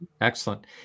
Excellent